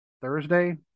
Thursday